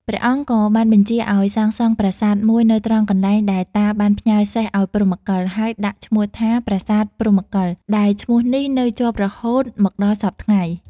ព្រះអង្គក៏បានបញ្ជាឱ្យសាងសង់ប្រាសាទមួយនៅត្រង់កន្លែងដែលតាបានផ្ញើសេះឱ្យព្រហ្មកិល ហើយដាក់ឈ្មោះថា "ប្រាសាទព្រហ្មកិល" ដែលឈ្មោះនេះនៅជាប់រហូតមកដល់សព្វថ្ងៃ ។